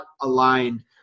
aligned